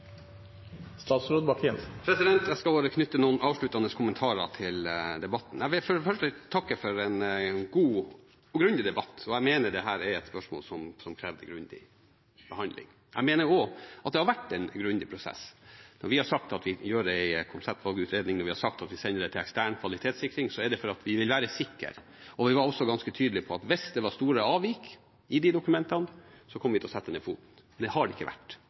Jeg skal bare knytte noen avsluttende kommentarer til debatten. Jeg vil for det første takke for en god og grundig debatt. Jeg mener dette er et spørsmål som krever grundig behandling. Jeg mener også at det har vært en grundig prosess. Når vi har sagt at vi gjør en konseptvalgutredning, når vi har sagt at vi sender det til ekstern kvalitetssikring, så er det fordi vi vil være sikre. Vi var også ganske tydelige på at hvis det var store avvik i de dokumentene, kom vi til å sette ned foten. Det har det ikke vært.